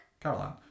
Caroline